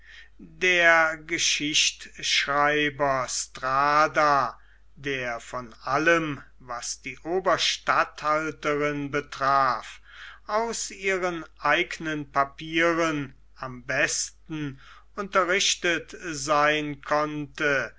der geschichtschreiber strada der von allem was die oberstatthalterin betraf aus ihren eigenen papieren am besten unterrichtet sein konnte